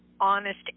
honest